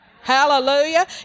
Hallelujah